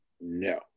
No